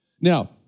Now